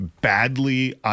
badly